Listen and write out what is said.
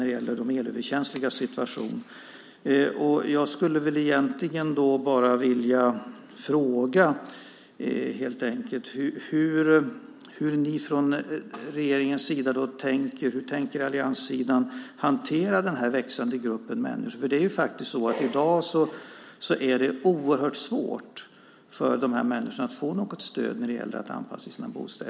Det gäller då de elöverkänsligas situation. Jag skulle helt enkelt bara vilja fråga hur man tänker från regeringens sida. Hur tänker allianssidan hantera den här växande gruppen av människor? I dag är det oerhört svårt för de här människorna att få stöd när det gäller bostadsanpassning.